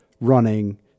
running